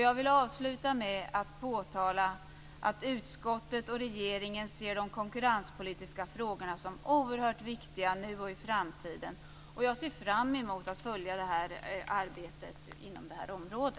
Jag vill avsluta med att påtala att utskottet och regeringen ser de konkurrenspolitiska frågorna som oerhört viktiga nu och i framtiden. Jag ser fram emot att följa arbetet inom detta område.